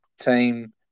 team